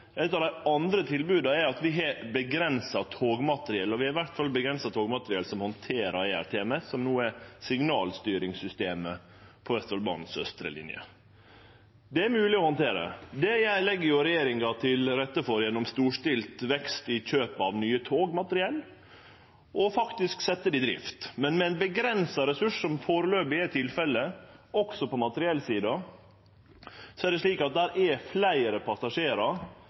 eit av dei andre tilboda, har vi knapt med togmateriell, og vi har iallfall knapt med togmateriell som handterer ERTMS, som no er signalstyringssystemet på Østfoldbanens austre linje. Det er mogleg å handtere, og det legg regjeringa til rette for gjennom storstilt vekst i kjøp av nytt togmateriell, som faktisk vert sett i drift. Men med ein avgrensa ressurs, noko som førebels er tilfellet òg på materiellsida, er det slik at det er fleire passasjerar